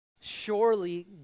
Surely